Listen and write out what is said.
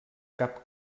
cap